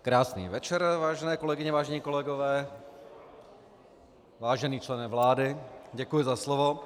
Krásný večer, vážené kolegyně, vážení kolegové, vážený člene vlády, děkuji za slovo.